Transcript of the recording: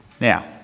Now